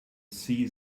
see